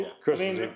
Christmas